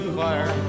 fire